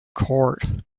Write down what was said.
court